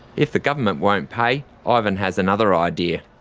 if the government won't pay, ivan has another idea.